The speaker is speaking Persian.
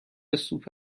سوپ